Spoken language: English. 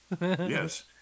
Yes